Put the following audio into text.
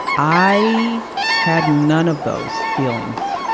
i had none of those feelings.